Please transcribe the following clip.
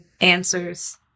answers